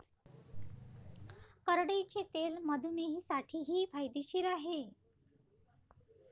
करडईचे तेल मधुमेहींसाठी फायदेशीर आहे